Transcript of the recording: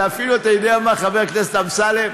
זה אפילו, אתה יודע מה, חבר הכנסת אמסלם?